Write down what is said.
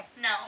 No